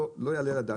לא יעלה על הדעת.